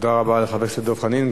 תודה רבה לחבר הכנסת דב חנין.